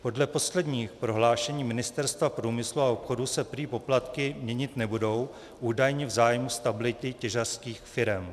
Podle posledních prohlášení Ministerstva průmyslu a obchodu se prý poplatky měnit nebudou údajně v zájmu stability těžařských firem.